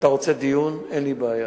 אם אתה רוצה דיון, אין לי בעיה.